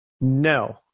No